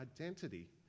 identity